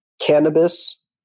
cannabis